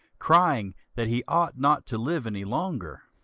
crying that he ought not to live any longer.